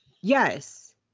Yes